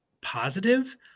positive